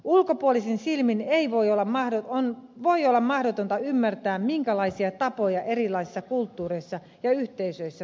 ulkopuolisen silmin voi olla mahdotonta ymmärtää minkälaisia tapoja erilaisissa kulttuureissa ja yhteisöissä voi syntyä